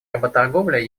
работорговля